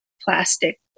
plastic